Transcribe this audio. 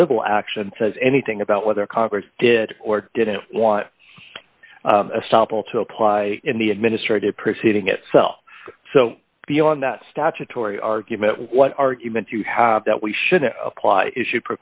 civil action says anything about whether congress did or didn't want a sample to apply in the administrative preceding itself so beyond that statutory argument what argument do you have that we should apply issue